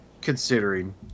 considering